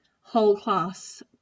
whole-class